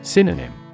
Synonym